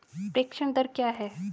प्रेषण दर क्या है?